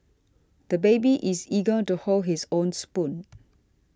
the baby is eager to hold his own spoon